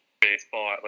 baseball